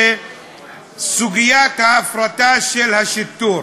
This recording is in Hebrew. סוגיית ההפרטה של השיטור,